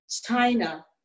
china